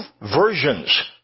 versions